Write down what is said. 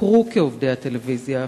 הוכרו כעובדי הטלוויזיה החינוכית,